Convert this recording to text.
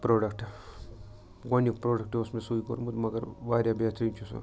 product گۄڈنیُک product اوس مےٚ سُے کوٚرمُت مَگر واریاہ بہتریٖن چھُ سُہ